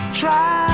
try